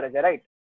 right